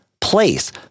place